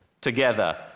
together